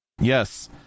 Yes